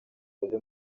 bave